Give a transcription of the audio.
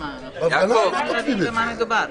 מעבר להתרסה זה שום דבר.